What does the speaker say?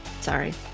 Sorry